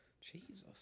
Jesus